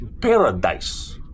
paradise